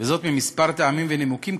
מכמה טעמים ונימוקים,